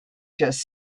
just